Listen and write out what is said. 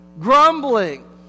grumbling